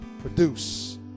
produce